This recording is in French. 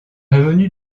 revenu